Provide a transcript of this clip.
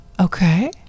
Okay